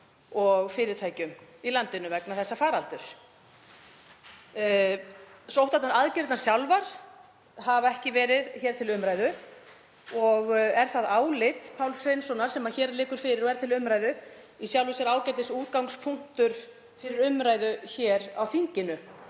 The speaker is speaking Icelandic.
og fyrirtækjum í landinu vegna þess faraldurs. Sóttvarnaaðgerðirnar sjálfar hafa ekki verið hér til umræðu og er álit Páls Hreinssonar, sem hér liggur fyrir og er til umræðu, í sjálfu sér ágætisútgangspunktur fyrir umræðu hér á þinginu